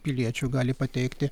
piliečių gali pateikti